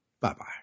Bye-bye